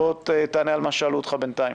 בוא תענה על מה ששאלו אותך בינתיים.